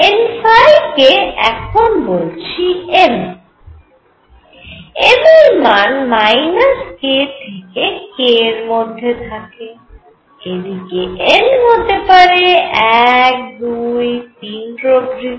n কে এখন বলছি m m এর মান k থেকে k এর মধ্যে থাকে এদিকে n হতে পারে 1 2 3 প্রভৃতি